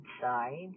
side